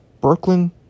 Brooklyn